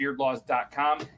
beardlaws.com